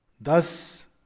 Thus